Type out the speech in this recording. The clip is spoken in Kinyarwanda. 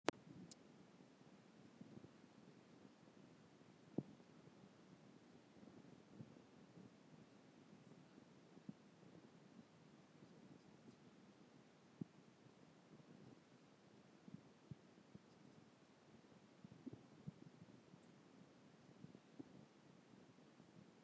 ya hs hs